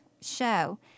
show